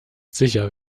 sicher